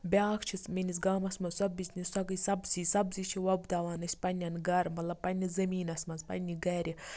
بیاکھ چھُ میٲنِس گامَس مَنٛز سۄ بِزنٮ۪س سۄ گٔے سَبزی سَبزی چھِ وۄپداوان أسۍ پَننٮ۪ن گَر مَطلَب پَننِس زمیٖنَس مَنٛز پَننہِ گَرِ